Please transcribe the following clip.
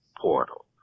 portal